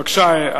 בבקשה,